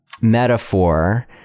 metaphor